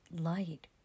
light